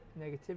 negativity